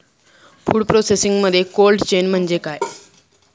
Food प्रोसेसिंगमध्ये cold chain म्हणजे काय?